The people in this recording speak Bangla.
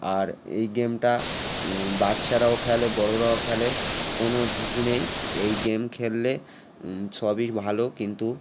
আর এই গেমটা বাচ্ছারাও খেলে বড়োরাও খেলে কোনো ঝুঁকি নেই এই গেম খেললে সবই ভালো কিন্তু